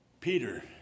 Peter